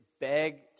beg